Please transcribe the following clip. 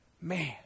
man